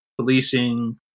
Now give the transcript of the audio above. policing